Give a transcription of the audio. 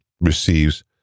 receives